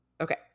Okay